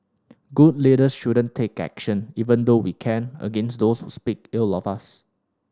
good leaders shouldn't take action even though we can against those who speak ill of us